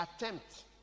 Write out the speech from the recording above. attempt